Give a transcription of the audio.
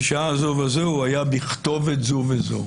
בשעה זו וזו הוא היה בכתובת זו וזו.